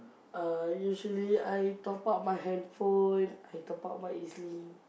uh usually I top-up my handphone I top-up my E_Z-link